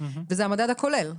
וזה המדד הכולל.